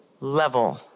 level